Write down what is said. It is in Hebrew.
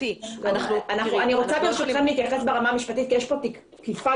אני רוצה ברשותכם להתייחס ברמה המשפטית כי יש כאן תקיפה